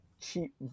cheap